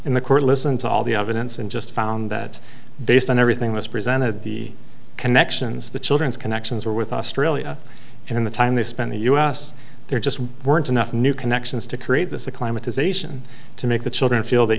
in the court listened to all the evidence and just found that based on everything that's presented the connections the children's connections were with australia and in the time they spend the us there just weren't enough new connections to create this the climate is asian to make the children feel that